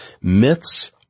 myths